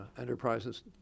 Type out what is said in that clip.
Enterprises